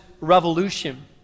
revolution